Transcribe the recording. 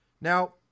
Now